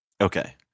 Okay